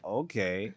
okay